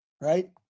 right